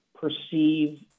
perceive